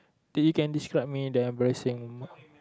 dude you can describe me the embarrassing